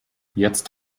jetzt